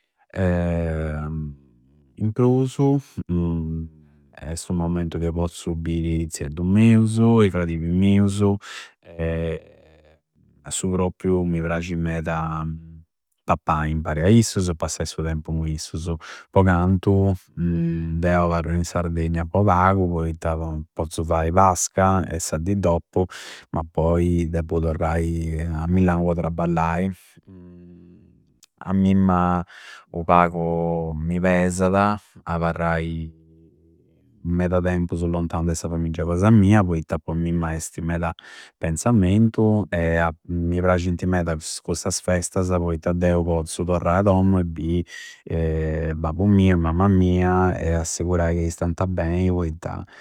in prusu è su momentu in cui pozzu biri zieddu meusu e fradibi meusu a su propriu mi prasci meda pappai imparai a issusu e passai su tempu cu issusu. Po cantu deu aparru in Sardegna po pagu poitta pozzu fai Pasca e sa di doppu, ma poi deppu torrai a Milau po trabbalai. A mimma u pagu mi pesada aparrai meda tempusu lantau de sa famiggia cosa mia poitta po a mimma esti meda penzamentu e mi prascinti meda custa festasa poitta deu pozzu torrai a dommu e bi babbu miu e mamma mia e assigurai ca istanta bei, poitta.